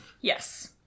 Yes